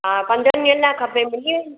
हा पंज ॾींहंनि लाइ खपे मिली वेंदियूं